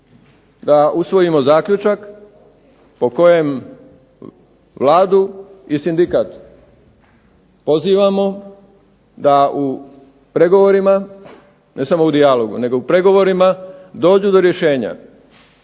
da usvojimo zaključak po kojem Vladu i sindikat pozivamo da u pregovorima, ne samo u dijalogu, nego i u pregovorima, dođu do rješenja